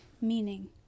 meaning